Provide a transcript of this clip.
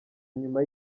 nyuma